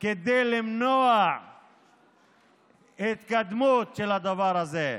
כדי למנוע התקדמות של הדבר הזה.